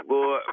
Boy